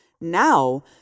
Now